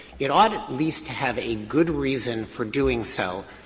it ought at least to have a good reason for doing so,